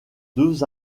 deux